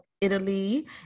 Italy